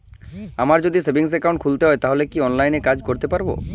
আমায় যদি savings account খুলতে হয় তাহলে কি অনলাইনে এই কাজ করতে পারবো?